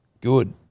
Good